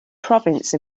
province